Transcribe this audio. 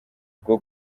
bwo